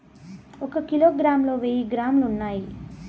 ఒక కిలోగ్రామ్ లో వెయ్యి గ్రాములు ఉన్నాయి